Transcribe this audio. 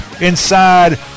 inside